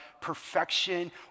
perfection